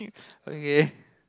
okay